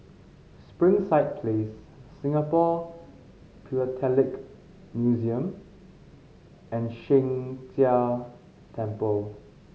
Springside Place Singapore Philatelic Museum and Sheng Jia Temple